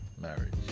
marriage